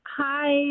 Hi